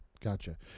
Gotcha